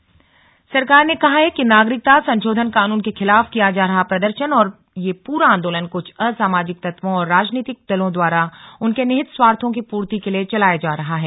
नागरिकता संशोधन अधिनियम सरकार ने कहा है कि नागरिकता संशोधन कानून के खिलाफ किया जा रहा प्रदर्शन और यह पूरा आंदोलन कुछ असामाजिक तत्वों और राजनीतिक दलों द्वारा उनके निहित स्वार्थों की पूर्ति के लिए चलाया जा रहा है